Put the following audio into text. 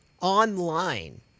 online